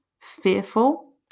Fearful